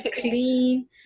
clean